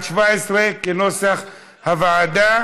כנוסח הוועדה.